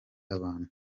abantu